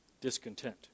discontent